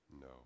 No